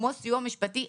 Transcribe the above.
כמו סיוע משפטי,